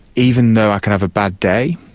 even though i can have a bad day,